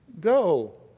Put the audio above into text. go